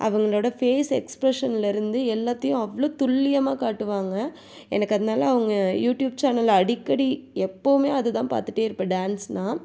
அவங்களோட ஃபேஸ் எக்ஸ்ப்ரெஷன்லருந்து எல்லாத்தையும் அவ்வளோ துல்லியமாக காட்டுவாங்க எனக்கு அதனால அவங்க யூட்யூப் சேனலை அடிக்கடி எப்போவுமே அது தான் பார்த்துட்டே இருப்பேன் டான்ஸ்னா